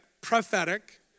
prophetic